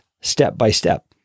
step-by-step